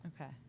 Okay